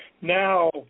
Now